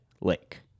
Lake